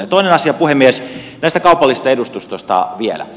toinen asia puhemies näistä kaupallisista edustustoista vielä